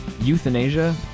euthanasia